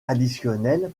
additionnels